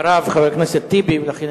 אחריו חבר הכנסת טיבי, ולכן